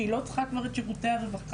שהיא לא צריכה כבר את שירותי הרווחה.